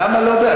למה לא?